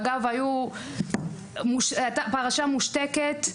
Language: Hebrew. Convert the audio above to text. אגב, זאת הייתה פרשה מושתקת.